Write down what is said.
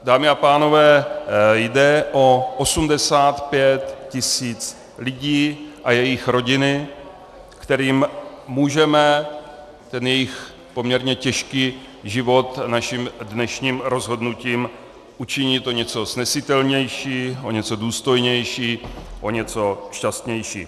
Dámy a pánové, jde o 85 tisíc lidí a jejich rodiny, kterým můžeme jejich poměrně těžký život naším dnešním rozhodnutím učinit o něco snesitelnější, o něco důstojnější, o něco šťastnější.